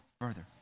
further